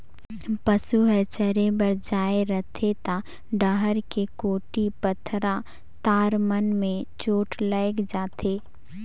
पसू हर चरे बर जाये रहथे त डहर के गोटी, पथरा, तार मन में चोट लायग जाथे